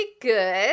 good